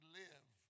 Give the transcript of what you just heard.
live